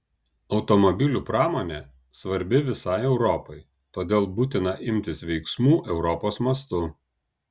automobilių pramonė svarbi visai europai todėl būtina imtis veiksmų europos mastu